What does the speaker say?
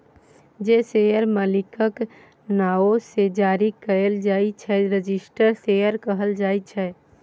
जे शेयर मालिकक नाओ सँ जारी कएल जाइ छै रजिस्टर्ड शेयर कहल जाइ छै